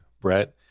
Brett